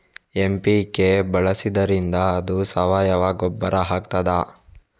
MPK ಬಳಸಿದ್ದರಿಂದ ಅದು ಸಾವಯವ ಗೊಬ್ಬರ ಆಗ್ತದ?